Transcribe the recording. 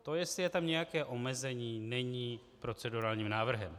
To, jestli je tam nějaké omezení, není procedurálním návrhem.